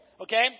okay